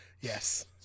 Yes